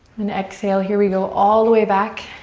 and exhale, here we go all the way back.